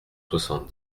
soixante